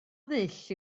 ddull